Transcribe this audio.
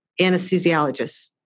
anesthesiologists